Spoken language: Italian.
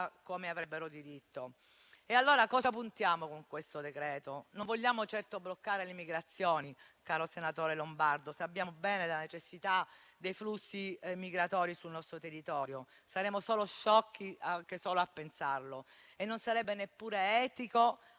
come avrebbero diritto. Allora, a cosa puntiamo con questo decreto-legge? Non vogliamo certo bloccare le migrazioni, caro senatore Lombardo. Sappiamo bene della necessità dei flussi migratori sul nostro territorio. Saremmo sciocchi anche solo a pensarlo e non sarebbe neppure etico,